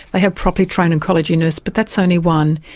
they have properly trained oncology nurses, but that's only one.